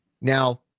Now